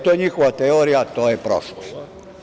To je njihova teorija, ali to je prošlost.